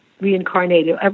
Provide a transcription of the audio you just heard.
reincarnated